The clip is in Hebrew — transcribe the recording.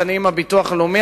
שאני עם הביטוח הלאומי,